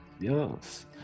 yes